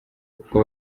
kuko